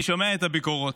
אני שומע את הביקורות,